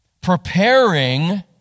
preparing